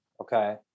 okay